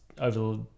over